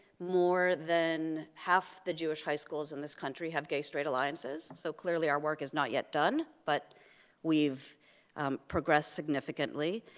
more than half the jewish high schools in this country have gay straight alliances, so clearly our work is not yet done, but we've progressed significantly.